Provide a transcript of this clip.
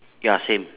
ya same